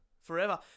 forever